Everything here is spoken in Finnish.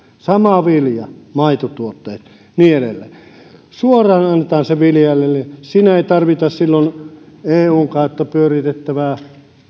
samoin vilja maitotuotteet ja niin edelleen suoraan annetaan se viljelijälle niin siinä ei tarvita silloin eun kautta pyöritettävää